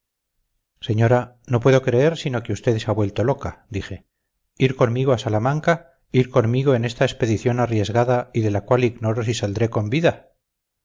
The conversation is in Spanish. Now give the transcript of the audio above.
señora no puedo creer sino que usted se ha vuelto loca dije ir conmigo a salamanca ir conmigo en esta expedición arriesgada y de la cual ignoro si saldré con vida